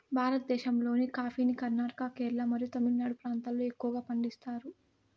భారతదేశంలోని కాఫీని కర్ణాటక, కేరళ మరియు తమిళనాడు ప్రాంతాలలో ఎక్కువగా పండిస్తారు